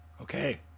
Okay